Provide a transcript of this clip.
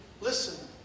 Listen